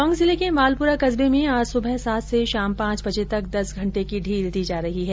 टोंक जिले के मालपुरा कस्बे में आज सुबह सात से शाम पांच बजे तक दस घंटे की ढ़ील दी जा रही है